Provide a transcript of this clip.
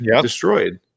destroyed